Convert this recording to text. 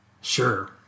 Sure